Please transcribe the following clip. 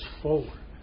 forward